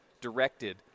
directed